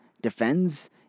defends